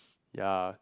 ya